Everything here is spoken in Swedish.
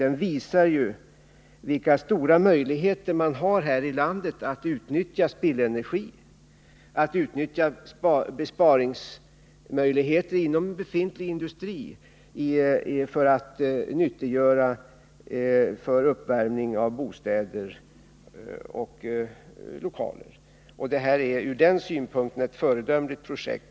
Den visar nämligen vilka stora möjligheter man har här i landet att nyttiggöra spillenergi och besparingar inom befintlig industri för uppvärmning av bostäder och lokaler. Ur den synpunkten är detta ett föredömligt projekt.